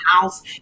house